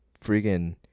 freaking